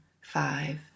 five